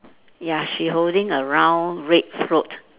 ya she holding a round red float